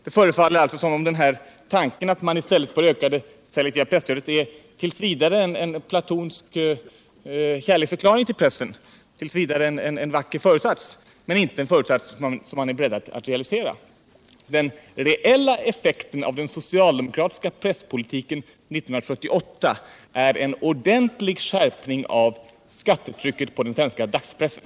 Det förefaller alltså som om tanken att man i stället bör öka det selektiva presstödet t. v. är en platonisk kärleksförklaring till pressen. Det är en vacker föresats men inte en föresats som man är beredd att realisera. Den reella effekten av den socialdemokratiska presspolitiken 1978 är en ordentlig skärpning av skattetrycket på den svenska dagspressen.